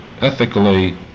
ethically